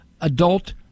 adult